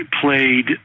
played